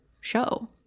show